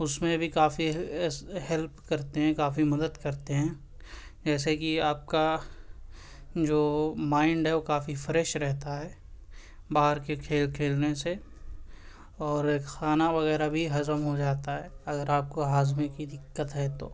اس میں بھی کافی ہیلپ کرتے ہیں کافی مدد کرتے ہیں جیسے کہ آپ کا جو مائنڈ ہے وہ کافی فریش رہتا ہے باہر کے کھیل کھیلنے سے اور کھانا وغیرہ بھی ہضم ہو جاتا ہے اگر آپ کو ہاضمے کی دِقّت ہے تو